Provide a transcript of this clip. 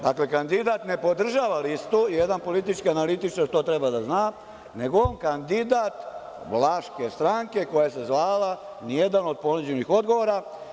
Dakle, kandidat ne podržava listu, jedan politički analitičar to treba da zna, nego je on kandidat Vlaške stranke koja se zvala „Ni jedan od ponuđenih odgovora“